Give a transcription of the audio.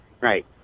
right